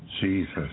Jesus